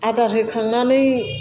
आदार होखांनानै